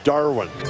Darwin